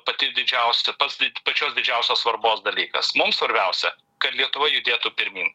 pati didžiausia pats di pačios didžiausios svarbos dalykas mums svarbiausia kad lietuva judėtų pirmyn